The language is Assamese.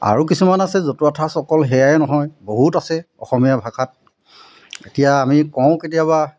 আৰু কিছুমান আছে জতুৱা ঠাঁচ অকল সেয়াই নহয় বহুত আছে অসমীয়া ভাষাত এতিয়া আমি কওঁ কেতিয়াবা